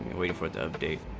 way for the day